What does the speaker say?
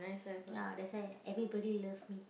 ya that's why everybody love me